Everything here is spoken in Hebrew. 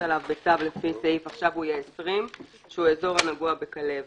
עליו בצו לפי סעיף 20 שהוא אזור הנגוע בכלבת,